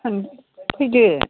फैदो